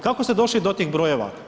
Kako ste došli do tih brojeva?